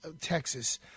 Texas